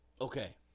Okay